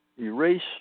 erase